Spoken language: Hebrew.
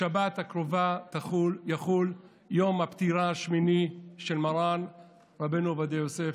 בשבת הקרובה יחול יום הפטירה השמיני של מרן רבנו עובדיה יוסף,